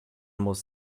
muss